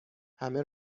همه